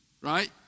right